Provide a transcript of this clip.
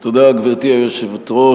תודה, גברתי היושבת-ראש.